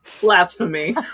Blasphemy